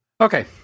Okay